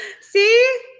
See